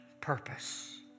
purpose